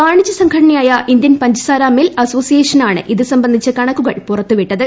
വാണിജ്യ സംഘടനയായ ഇന്ത്യൻ പഞ്ചസാര മിൽ അസോസിയേഷനാണ് ഇതുസംബന്ധിച്ച കണക്കുകൾ പുറത്ത്വിട്ടത്